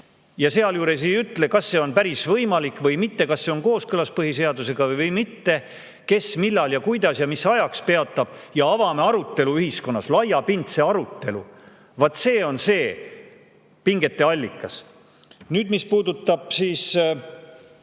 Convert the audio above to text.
ja sealjuures ei ütle, kas see on päriselt võimalik või mitte, kas see on kooskõlas põhiseadusega või mitte, kes, millal, kuidas ja mis ajaks peatab, ning avame arutelu ühiskonnas, laiapindse arutelu. Vaat see on see pingete allikas. Mis puudutab